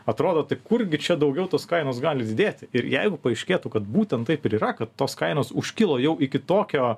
atrodo tai kurgi čia daugiau tos kainos gali didėti ir jeigu paaiškėtų kad būtent taip ir yra kad tos kainos užkilo jau iki tokio